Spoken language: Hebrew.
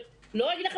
לא אגיד לכם,